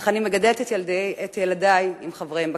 אך אני מגדלת את ילדי עם חבריהם בקיבוץ.